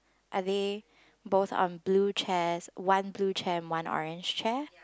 are they both on blue chairs one blue chair and one orange chair